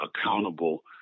accountable